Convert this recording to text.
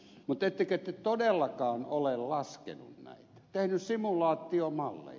mutta ettekö te todellakaan ole laskenut näitä tehnyt simulaatiomalleja